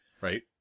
Right